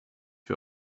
wir